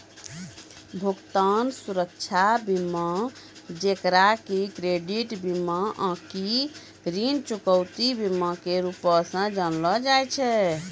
भुगतान सुरक्षा बीमा जेकरा कि क्रेडिट बीमा आकि ऋण चुकौती बीमा के रूपो से जानलो जाय छै